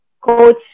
Coach